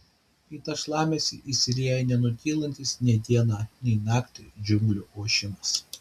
į tą šlamesį įsilieja nenutylantis nei dieną nei naktį džiunglių ošimas